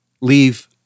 leave